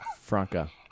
Franca